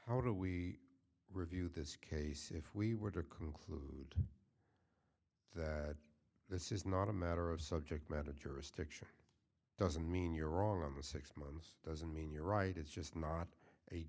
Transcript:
how do we review this case if we were to conclude that this is not a matter of subject matter jurisdiction doesn't mean you're wrong on the six months doesn't mean you're right it's just not a